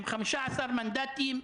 איתן,